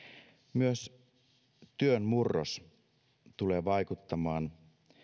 myös työn murros tulee vaikuttamaan